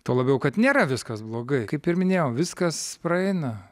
tuo labiau kad nėra viskas blogai kaip ir minėjau viskas praeina